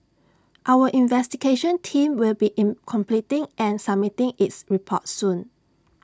our investigation team will be in completing and submitting its report soon